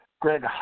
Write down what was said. Greg